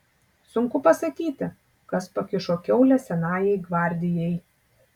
sunku pasakyti kas pakišo kiaulę senajai gvardijai